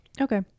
Okay